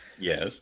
Yes